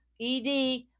ED